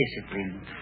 discipline